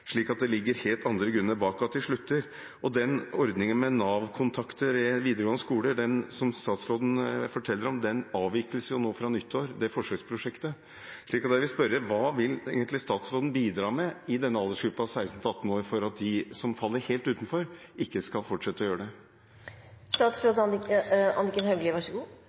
slik at det ligger helt andre grunner bak at de slutter. Den ordningen, det forsøksprosjektet, med Nav-kontakter i den videregående skolen som statsråden forteller om, avvikles jo nå fra nyttår. Så jeg vil spørre: Hva vil egentlig statsråden bidra med i aldersgruppen 16–18 år for at de som faller helt utenfor, ikke skal fortsette å gjøre det?